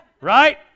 Right